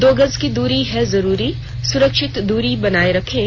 दो गज की दूरी है जरूरी सुरक्षित दूरी बनाए रखें